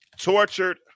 tortured